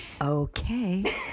Okay